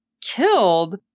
killed